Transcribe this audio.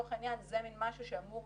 לצורך העניין זה משהו שאמור,